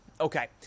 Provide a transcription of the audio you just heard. Okay